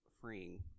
freeing